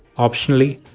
optionally,